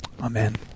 Amen